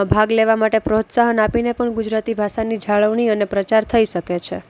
ભાગ લેવા માટે પ્રોત્સાહન આપીને પણ ગુજરાતી ભાષાની જાળવણી અને પ્રચાર થઈ શકે છે